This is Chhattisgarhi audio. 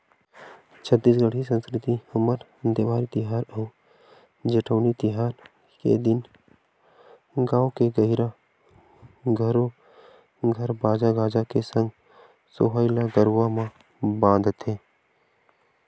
छत्तीसगढ़ी संस्कृति हमर देवारी तिहार अउ जेठवनी तिहार के दिन गाँव के गहिरा घरो घर बाजा गाजा के संग सोहई ल गरुवा म बांधथे